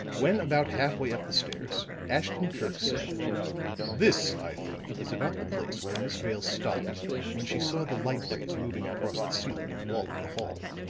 when about half way up the stairs, ashton-kirk said this, i think, is about the place where miss vale stopped when she saw the light-rays moving across the ceiling and wall of the hall.